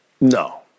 No